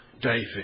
David